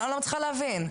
אני לא מצליחה להבין.